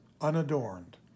unadorned